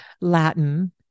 Latin